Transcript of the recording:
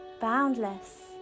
boundless